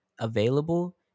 available